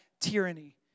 tyranny